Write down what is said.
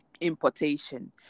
importation